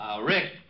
Rick